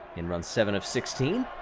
in run seven of sixteen,